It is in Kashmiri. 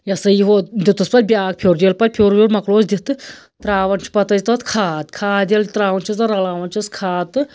یہِ ہَسا یہِ ووت دیُتُس پَتہٕ بیاکھ پھیُر ییٚلہِ پَتہٕ پھیُر ویُر مَکلووُس دِتھ تہٕ ترٛاوان چھِ پَتہٕ أسۍ تتھ کھاد کھاد ییٚلہِ ترٛاوان چھِس رَلاوان چھِس کھاد تہٕ